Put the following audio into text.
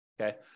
Okay